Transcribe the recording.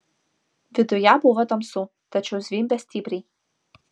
viduje buvo tamsu tačiau zvimbė stipriai